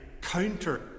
counter